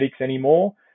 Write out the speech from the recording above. anymore